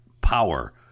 power